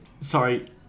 Sorry